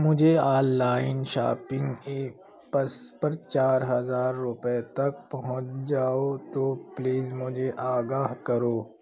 مجھے online shopping apps پر چار ہزار روپئے تک پہنچ جاؤ تو پلیز مجھے آگاہ کرو